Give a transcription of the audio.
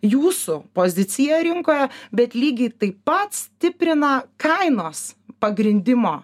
jūsų poziciją rinkoje bet lygiai taip pat stiprina kainos pagrindimo